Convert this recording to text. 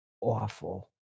awful